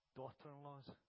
daughter-in-laws